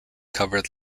cover